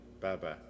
Bye-bye